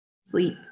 sleep